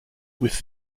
with